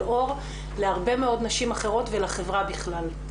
אור להרבה מאוד נשים אחרות ולחברה בכלל,